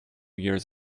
years